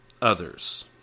others